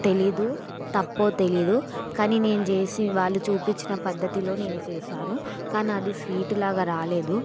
తెలీదు తప్పో తెలీదు కానీ నేను చేసి వాళ్లు చూపించిన పద్ధతిలో నేను చేశాను కానీ అది స్వీటు లాగా రాలేదు